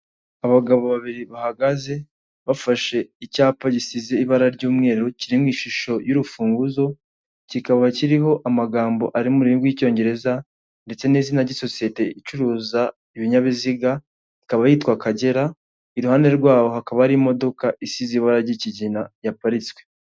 Abagabo babiri bahagaze bafashe icyapa gisize ibara ry'umweru kiririmo ishusho y'urufunguzo, kikaba kiriho amagambo ari murimi rw'Icyongereza ndetse n'izina ry'isosiyete icuruza ibinyabiziga ikaba yitwa akagera, iruhande rwawo hakaba hari imodoka isize ibara ry'ikigina yaparitswe.